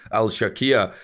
al-sharqia,